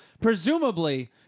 presumably